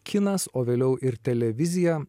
kinas o vėliau ir televizija